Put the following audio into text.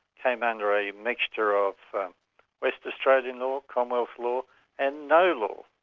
came under a mixture of west australian law, commonwealth law and no law.